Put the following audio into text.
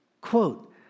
quote